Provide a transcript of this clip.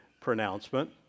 pronouncement